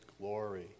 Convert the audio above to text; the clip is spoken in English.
glory